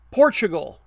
portugal